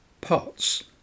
pots